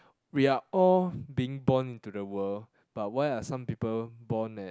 we are all being born into the world but why are some people born at